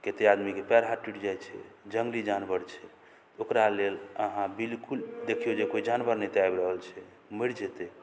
कते आदमी के पएर टुटि जाइ छै जंगली जानवर छै ओकरा लेल अहाँ बिलकुल देखियौ जे कोइ जानवर नहि तऽ आबि रहल छै मरि जेतै